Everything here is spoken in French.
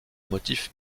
motif